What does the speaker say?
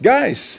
Guys